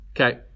Okay